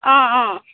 অঁ অঁ